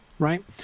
Right